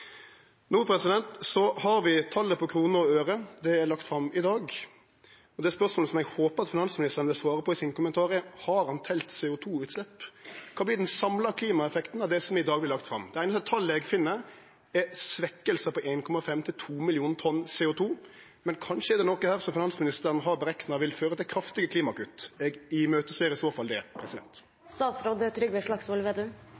har vi talet på kroner og øre, det er lagt fram i dag. Det spørsmålet eg håper finansministeren vil svare på i kommentaren sin, er: Har han talt CO 2 -utslepp? Kva vert den samla klimaeffekten av det som i dag vert lagt fram? Det einaste talet eg finn, er svekking på 1,5–2 millionar tonn CO 2 . Men kanskje er det noko her finansministeren har berekna vil føre til kraftige klimagasskutt. Eg ser i så fall fram til det.